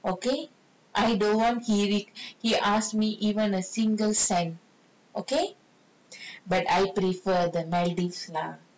okay I don't want he he ask me even a single cent okay but I prefer the maldives lah